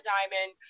Diamond